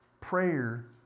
Prayer